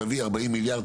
תביא 40 מיליארד,